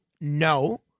no